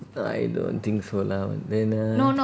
I don't think so lah